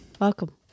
welcome